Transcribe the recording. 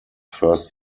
first